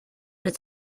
its